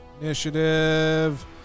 Initiative